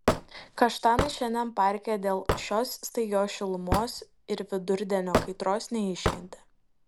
kaštanai šiandien parke dėl šios staigios šilumos ir vidurdienio kaitros neiškentė